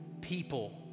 people